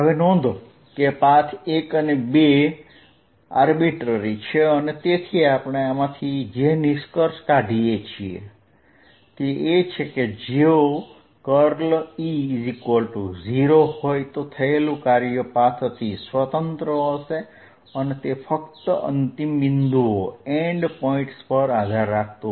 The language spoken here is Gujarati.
નોંધો કે પાથ 1 અને પાથ 2 આર્બિટરી છે અને તેથી આપણે આમાંથી જે નિષ્કર્ષ કાઢીએ છીએ તે એ છે કે જો કર્લ E0 હોય તો થયેલું કાર્ય પાથથી સ્વતંત્ર હશે અને તે ફક્ત અંતિમ બિંદુઓ પર આધાર રાખતું હશે